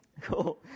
Cool